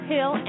Hill